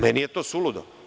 Meni je to suludo.